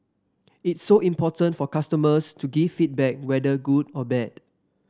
it's so important for customers to give feedback whether good or bad